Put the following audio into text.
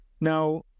Now